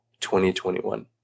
2021